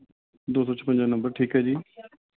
ਦੋ ਸੌ ਛਪੰਜਾ ਨੰਬਰ ਠੀਕ ਹੈ ਜੀ